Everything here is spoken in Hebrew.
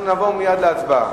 אנחנו נעבור מייד להצבעה.